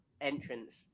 entrance